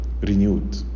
renewed